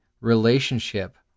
relationship